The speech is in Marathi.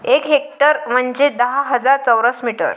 एक हेक्टर म्हंजे दहा हजार चौरस मीटर